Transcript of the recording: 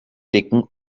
dicken